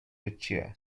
rituel